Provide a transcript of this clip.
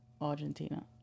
argentina